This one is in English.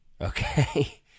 Okay